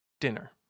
dinner